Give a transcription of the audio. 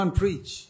preach